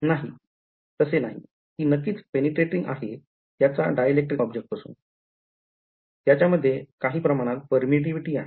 नाही तसे नाही ती नक्कीच penetrating आहे त्याच्या dielectric object पासून त्याच्या मध्ये काही प्रमाणात पेरमिटीव्हिटी आहे